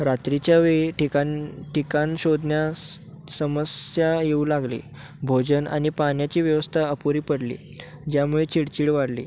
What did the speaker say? रात्रीच्या वेळी ठिकाण ठिकाण शोधण्यास समस्या येऊ लागली भोजन आणि पाण्याची व्यवस्था अपुरी पडली ज्यामुळे चिडचिड वाढली